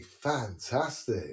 fantastic